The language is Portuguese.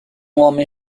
homem